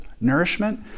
nourishment